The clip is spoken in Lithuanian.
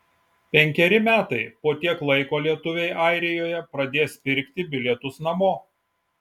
penkeri metai po tiek laiko lietuviai airijoje pradės pirkti bilietus namo